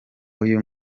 uyu